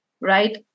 right